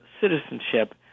citizenship